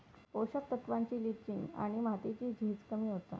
पोषक तत्त्वांची लिंचिंग आणि मातीची झीज कमी होता